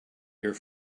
your